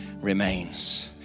remains